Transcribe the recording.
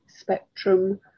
spectrum